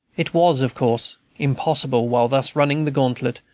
it was of course impossible, while thus running the gauntlet,